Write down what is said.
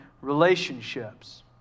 relationships